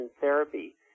therapy